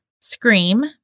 Scream